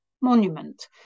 monument